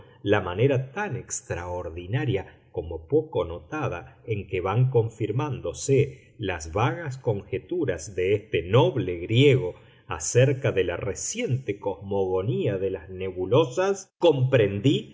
la manera tan extraordinaria como poco notada en que van confirmándose las vagas conjeturas de este noble griego acerca de la reciente cosmogonía de las nebulosas comprendí